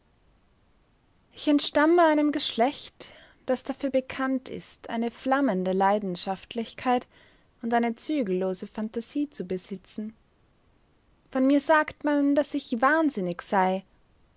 ich entstamme einem geschlecht das dafür bekannt ist eine flammende leidenschaftlichkeit und eine zügellose phantasie zu besitzen von mir sagt man daß ich wahnsinnig sei